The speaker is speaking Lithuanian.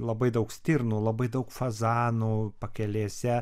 labai daug stirnų labai daug fazanų pakelėse